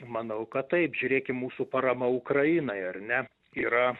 manau kad taip žiūrėkim mūsų parama ukrainai ar ne yra